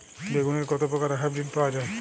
বেগুনের কত প্রকারের হাইব্রীড পাওয়া যায়?